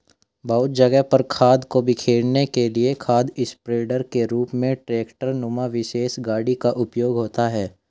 बहुत जगह पर खाद को बिखेरने के लिए खाद स्प्रेडर के रूप में ट्रेक्टर नुमा विशेष गाड़ी का उपयोग होता है